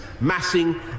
massing